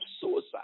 suicide